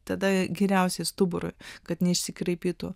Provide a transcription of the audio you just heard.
tada geriausiai stuburui kad neišsikraipytų